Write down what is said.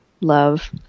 love